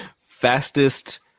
Fastest